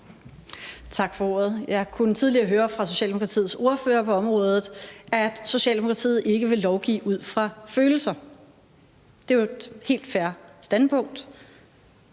Tak for ordet. Jeg kunne tidligere høre Socialdemokratiets ordfører på området sige, at Socialdemokratiet ikke vil lovgive ud fra følelser, og det er jo et helt fair standpunkt.